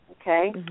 Okay